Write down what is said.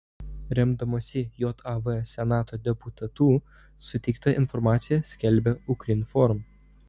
remdamasi jav senato deputatų suteikta informacija skelbia ukrinform